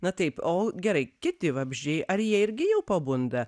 na taip o gerai kiti vabzdžiai ar jie irgi jau pabunda